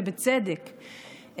ובצדק,